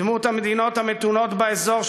בדמות המדינות המתונות באזור,